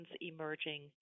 emerging